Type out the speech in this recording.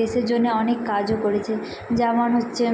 দেশের জন্যে অনেক কাজও করেছে যেমন হচ্ছে